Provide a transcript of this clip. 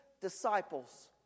disciples